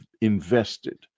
invested